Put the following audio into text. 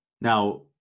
Now